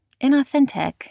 inauthentic